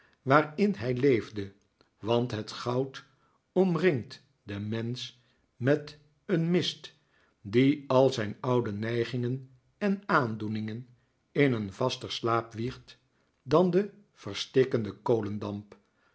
waarin hij leefde want het goud omringt den mensch met een mist die al zijn oude neigingen en aandoeningen in een vaster slaap wiegt dan de verstikkende kolendamp